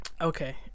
Okay